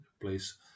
place